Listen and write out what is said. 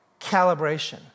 calibration